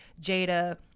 Jada